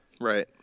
Right